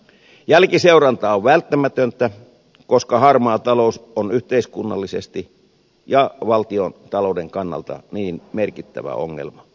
jälkiseuranta on välttämätöntä koska harmaa talous on yhteiskunnallisesti ja valtiontalouden kannalta niin merkittävä ja laajeneva ongelma